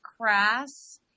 crass